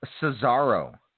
Cesaro